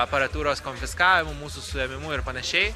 aparatūros konfiskavimu mūsų suėmimu ir panašiai